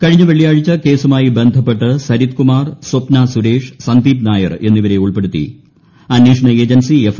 കഴിഞ്ഞ വെള്ളിയാഴ്ച കേസുമായി ബന്ധപ്പെട്ട് സരിത് കുമാർ സ്പ്ന സുരേഷ് സന്ദീപ് നായർ എന്നിവരെ ഉൾപ്പെടുത്തി അന്വേഷണ ഏജൻസി എഫ്